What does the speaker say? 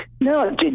no